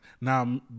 Now